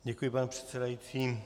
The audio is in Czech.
Děkuji, pane předsedající.